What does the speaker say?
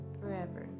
forever